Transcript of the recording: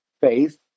faith